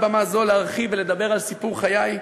במה זו להרחיב ולדבר על סיפור חיי,